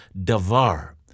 davar